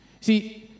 See